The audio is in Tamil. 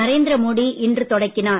நரேந்திர மோடி இன்று தொடங்கினார்